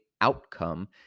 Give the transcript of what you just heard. outcome